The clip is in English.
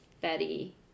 Betty